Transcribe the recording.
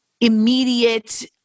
immediate